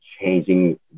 Changing